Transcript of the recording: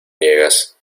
niegas